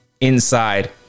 inside